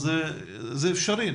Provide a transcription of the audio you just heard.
זה אפשרי,